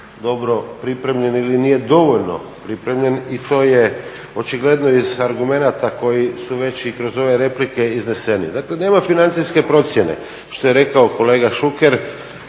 dobro pripremljen ili nije dovoljno pripremljen i to je očigledno iz argumenata koji su već i kroz ove replike izneseni. Dakle nema financijske procjene što je rekao kolega Šuker